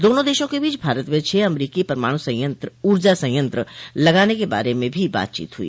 दोनों देशों के बीच भारत में छह अमरीकी परमाणु ऊर्जा संयंत्र लगाने के बारे में भी बातचीत हुई